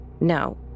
no